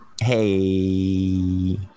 Hey